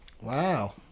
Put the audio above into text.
Wow